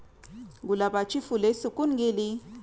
गुलाबाची फुले सुकून गेली